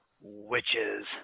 Witches